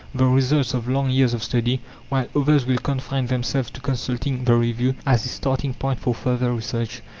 the results of long years of study while others will confine themselves to consulting the review as a starting-point for further research.